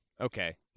Okay